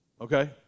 Okay